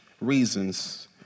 reasons